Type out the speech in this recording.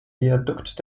viadukt